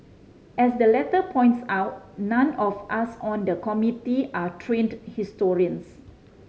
as the letter points out none of us on the Committee are trained historians